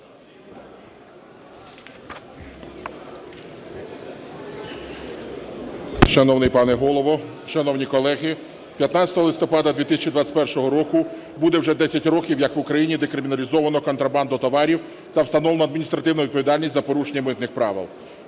Шановний пане Голово! Шановні колеги! 15 листопада 2021 року буде вже 10 років, як в Україні декриміналізовано контрабанду товарів та встановлено адміністративну відповідальність за порушення митних правил.